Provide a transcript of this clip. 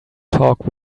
talk